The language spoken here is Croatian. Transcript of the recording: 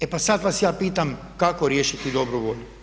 E pa sad vas ja pitam kako riješiti dobru volju?